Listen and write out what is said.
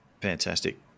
fantastic